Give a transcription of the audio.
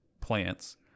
plants